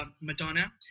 Madonna